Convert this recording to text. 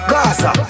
Gaza